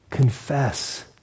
Confess